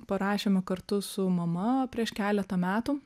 parašėme kartu su mama prieš keletą metų